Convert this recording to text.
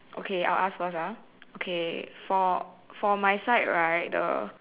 okay I'll ask first ah okay so for for my side right the